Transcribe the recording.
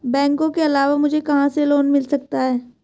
बैंकों के अलावा मुझे कहां से लोंन मिल सकता है?